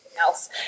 else